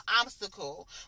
obstacle